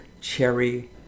cherry